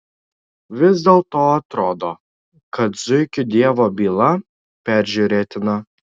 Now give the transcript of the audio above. vis dėlto atrodo kad zuikių dievo byla peržiūrėtina